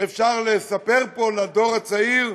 אפשר לספק פה לדור הצעיר,